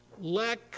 lack